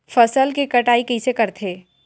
फसल के कटाई कइसे करथे?